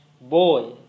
boy